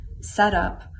setup